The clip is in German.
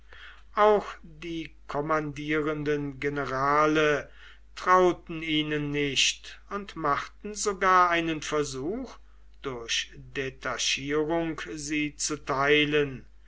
auch die kommandierenden generale trauten ihnen nicht und machten sogar einen versuch durch detachierung sie zu teilen